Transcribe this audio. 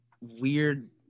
weird